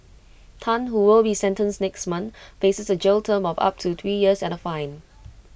Tan who will be sentenced next month faces A jail term of up to three years and A fine